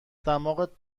دماغت